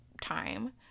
time